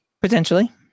Potentially